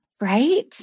Right